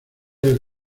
del